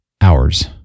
hours